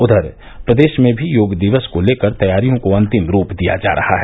उधर प्रदेश में भी योग दिवस को लेकर तैयारियों को अन्तिम रूप दिया जा रहा है